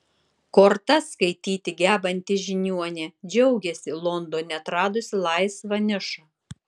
kortas skaityti gebanti žiniuonė džiaugiasi londone atradusi laisvą nišą